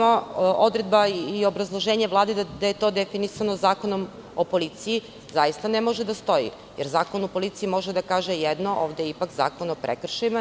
Odredba i obrazloženje Vlade da je to definisano Zakonom o policiji zaista ne može da stoji, jer Zakon o policiji može da kaže jedno, a ovde je ipak Zakon o prekršajima.